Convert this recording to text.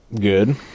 Good